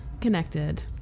connected